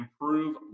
improve